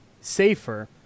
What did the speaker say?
safer